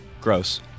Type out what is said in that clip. Gross